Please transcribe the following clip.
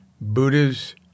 Buddha's